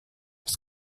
was